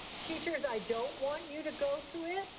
teachers, i don't want you to go to it,